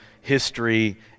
history